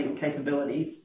capabilities